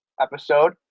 episode